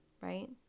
Right